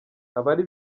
abari